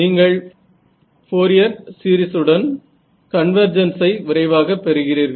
நீங்கள் Fourier series உடன் கன்வர்ஜென்சை விரைவாக பெறுகிறீர்கள்